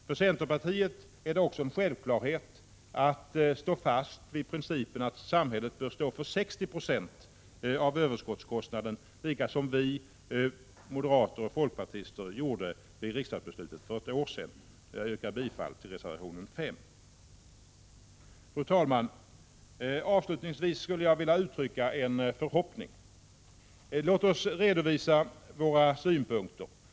För centerpartiet är det också en självklarhet att hålla fast vid principen att samhället bör stå för 60 Jo av överskottskostnaden, som vi centerpartister, moderater och folkpartister gjorde vid riksdagsbeslutet för ett år sedan. Jag yrkar bifall till reservation 5. Fru talman! Avslutningsvis skulle jag vilja uttrycka en förhoppning. Låt oss redovisa våra synpunkter.